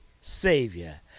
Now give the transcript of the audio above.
savior